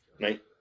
Right